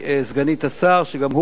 וגם הוא חוק מאוד מבורך,